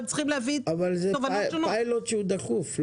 אבל זה פיילוט שהוא דחוף.